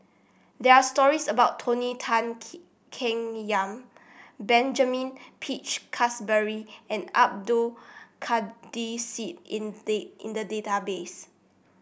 there are stories about Tony Tan Keng Yam Benjamin Peach Keasberry and Abdul Kadir Syed in in the database